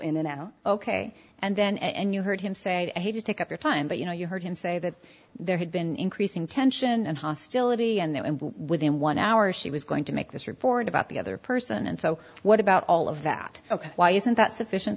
know ok and then and you heard him say that he did take up their time but you know you heard him say that there had been increasing tension and hostility and then within one hour she was going to make this report about the other person and so what about all of that ok why isn't that sufficient